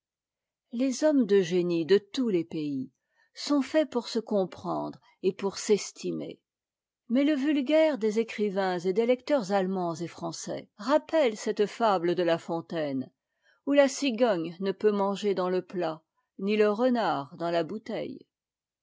les hommes de génie de tous les pays sont faits pour se comprendre et pour s'estimer mais le vulgaire des écrivains et des lecteurs allemands et français rappelle cette fable de la fontaine où la cigogne ne peut manger dans le plat ni le renard dans la bouteille